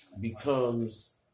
becomes